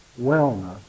wellness